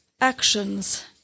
Actions